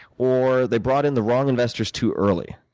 or they brought in the wrong investors too early.